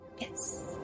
Yes